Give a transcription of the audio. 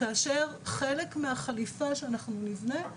כאשר חלק מהחליפה שאנחנו נבנה,